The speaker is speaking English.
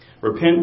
Repent